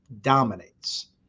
dominates